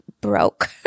broke